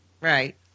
Right